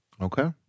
Okay